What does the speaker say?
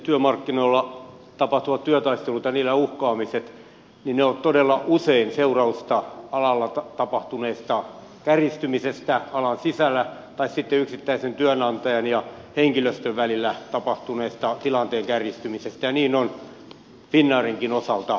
työmarkkinoilla tapahtuvat työtaistelut ja niillä uhkaamiset ovat todella usein seurausta alalla tapahtuneesta kärjistymisestä alan sisällä tai sitten yksittäisen työnantajan ja henkilöstön välillä tapahtuneesta tilanteen kärjistymisestä ja niin on finnairinkin osalta